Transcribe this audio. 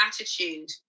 attitude